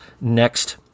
next